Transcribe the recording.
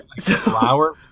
flower